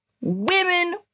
women